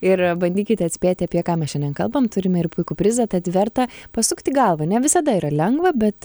ir bandykite atspėti apie ką mes šiandien kalbam turime ir puikų prizą tad verta pasukti galvą ne visada yra lengva bet